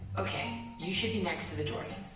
ok you should be next to the door now.